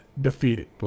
defeated